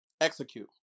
execute